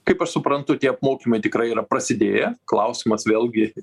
kaip aš suprantu tie apmokymai tikrai yra prasidėję klausimas vėlgi